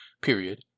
Period